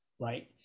Right